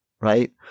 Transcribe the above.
Right